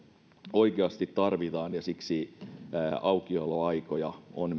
oikeasti tarvitaan ja siksi myös aukioloaikoja on